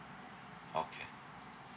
okay